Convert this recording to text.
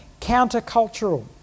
countercultural